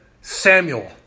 Samuel